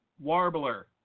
warbler